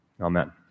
Amen